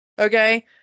Okay